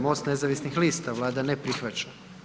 MOST nezavisnih lista, Vlada ne prihvaća.